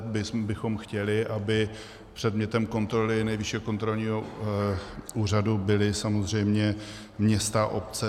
My v SPD bychom chtěli, aby předmětem kontroly Nejvyššího kontrolního úřadu byly samozřejmě města a obce.